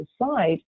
decide